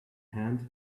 hand